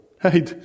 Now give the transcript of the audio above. Hey